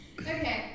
Okay